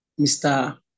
Mr